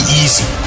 easy